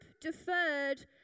deferred